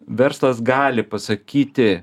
verslas gali pasakyti